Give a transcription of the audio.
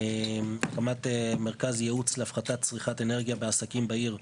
הקמת מרכז ייעוץ להפחתת צריכת אנרגיה בעסקים בעיר,